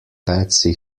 patsy